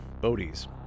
Bodies